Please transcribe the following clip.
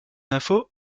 info